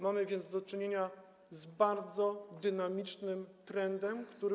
Mamy więc do czynienia z bardzo dynamicznym trendem, który.